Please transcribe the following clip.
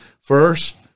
first